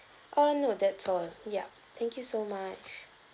uh no that's all ya thank you so much